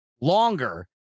longer